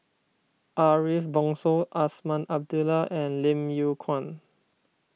Ariff Bongso Azman Abdullah and Lim Yew Kuan